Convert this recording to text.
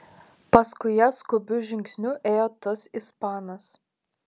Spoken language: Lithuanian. paskui ją skubiu žingsniu ėjo tas ispanas